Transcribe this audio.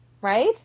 right